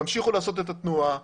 תמשיכו לעשות את התנועה,